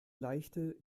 leichte